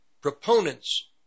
proponents